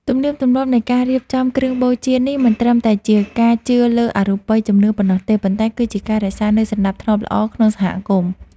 ទំនៀមទម្លាប់នៃការរៀបចំគ្រឿងបូជានេះមិនត្រឹមតែជាការជឿលើអបិយជំនឿប៉ុណ្ណោះទេ ប៉ុន្តែគឺជាការរក្សានូវសណ្តាប់ធ្នាប់ល្អក្នុងសហគមន៍។